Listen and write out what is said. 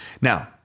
Now